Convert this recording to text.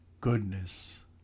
goodness